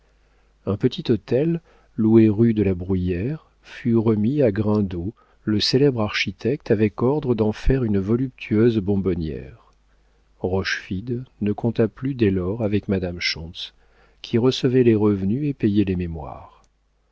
un petit hôtel loué rue de la bruyère fut remis à grindot le célèbre architecte avec ordre d'en faire une voluptueuse bonbonnière rochefide ne compta plus dès lors avec madame schontz qui recevait les revenus et payait les mémoires